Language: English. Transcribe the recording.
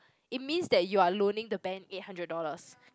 it means that you are loaning the bank eight hundred dollars